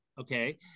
Okay